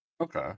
okay